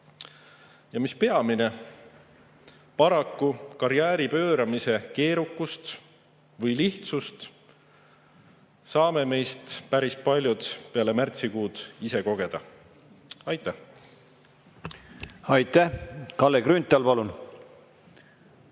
Ja mis peamine, karjääripööramise keerukust või lihtsust saavad paraku päris paljud meist peale märtsikuud ise kogeda. Aitäh! Aitäh! Kalle Grünthal, palun!